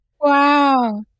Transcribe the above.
Wow